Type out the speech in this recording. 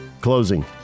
closing